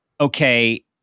okay